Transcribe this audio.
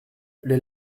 les